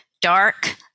dark